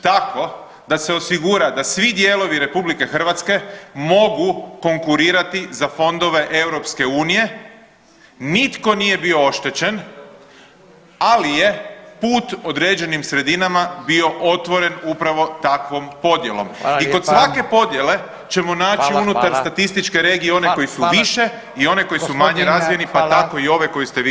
Tako da se osigura da svi dijelovi RH mogu konkurirati za fondove EU, nitko nije bio oštećen, ali je put određenim sredinama bio otvoren upravo takvom podjelom i kod svake podjele [[Upadica: Hvala lijepa.]] i kod svake podjele ćemo naći [[Upadica: Hvala, hvala.]] unutar statističke regije one koji su više i one koje su manje razvijenije pa tako i ove koju ste vi